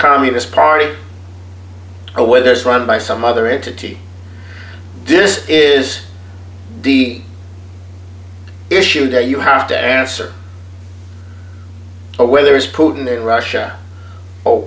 communist party or whether it's run by some other entity this is the issue that you have to answer a whether is putin a russia o